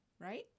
right